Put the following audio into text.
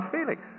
Felix